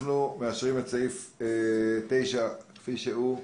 אנחנו מאשרים את סעיף 9 כפי שהוא.